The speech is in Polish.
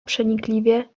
przenikliwie